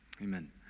amen